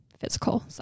physical